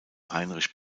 heinrich